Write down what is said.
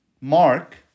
Mark